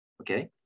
okay